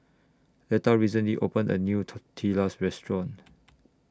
Letha recently opened A New Tortillas Restaurant